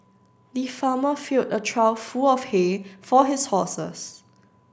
the farmer filled a trough full of hay for his horses